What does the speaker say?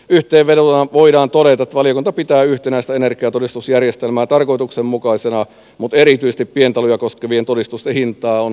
yhteenvetona voidaan todeta että valiokunta pitää yhtenäistä energiatodistusjärjestelmää tarkoituksenmukaisena mutta erityisesti pientaloja koskevien todistusten hintaa on seurattava